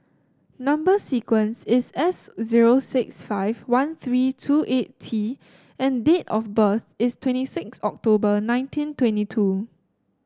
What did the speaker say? number sequence is S zero six five one three two eight T and date of birth is twenty six October nineteen twenty two